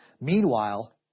Meanwhile